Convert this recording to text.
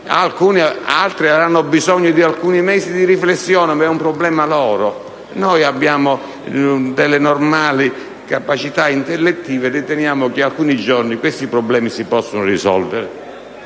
forse altri avranno bisogno di alcuni mesi di riflessione, ma è un problema loro. Noi abbiamo normali capacità intellettive e riteniamo che in alcuni giorni questi problemi possano essere